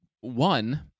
one